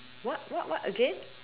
what what what again